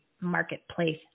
Marketplace